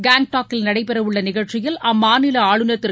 கேங்டாக்கில் நடைபெறவுள்ள நிகழ்ச்சியில் அம்மாநில ஆளுநர் திரு